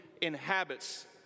inhabits